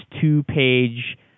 two-page